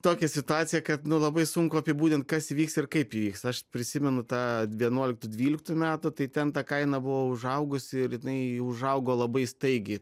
tokia situacija kad nu labai sunku apibūdint kas įvyks ir kaip įvyks aš prisimenu tą vienuoliktų dvyliktų metų tai ten ta kaina buvo užaugusi ir jinai užaugo labai staigiai